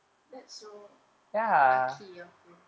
that's so lucky I feel